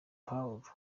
pawulo